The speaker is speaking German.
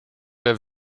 der